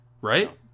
right